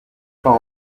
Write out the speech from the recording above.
peint